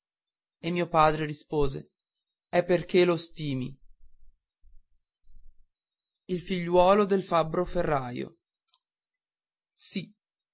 e mio padre rispose è perché lo stimi il figliuolo del fabbro ferraio sì